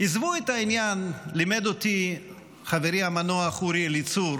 עזבו את העניין, לימד אותי חברי המנוח אורי אליצור